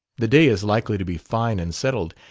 the day is likely to be fine and settled,